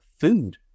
food